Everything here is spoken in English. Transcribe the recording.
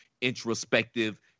Introspective